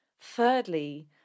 Thirdly